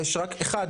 יש רק אחד,